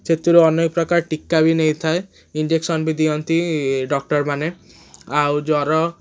ସେଥିରୁ ଅନେକପ୍ରକାର ଟୀକା ବି ନେଇଥାଏ ଇଞ୍ଜେକ୍ସନ୍ ବି ଦିଅନ୍ତି ଡକ୍ଟର ମାନେ ଆଉ ଜ୍ୱର